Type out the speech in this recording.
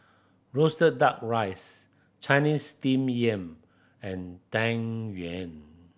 roasted Duck Rice Chinese Steamed Yam and Tang Yuen